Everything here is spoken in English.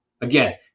again